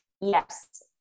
yes